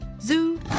Zoo